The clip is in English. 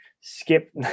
skip